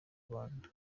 rwanda